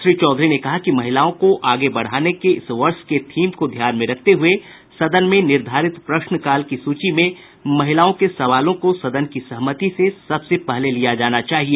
श्री चौधरी ने कहा कि महिलाओं को आगे बढ़ाने के इस वर्ष के थीम को ध्यान में रखते हुए सदन में निर्धारित प्रश्न काल की सूची में महिलाओं के सवालों को सदन की सहमति से सबसे पहले लिया जाना चाहिए